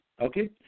Okay